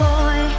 Boy